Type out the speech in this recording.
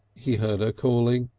he heard her calling,